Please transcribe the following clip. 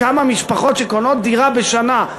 של כמה משפחות שקונות דירה בשנה,